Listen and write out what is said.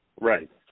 Right